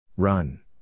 Run